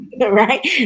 Right